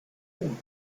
oben